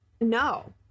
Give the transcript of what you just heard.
no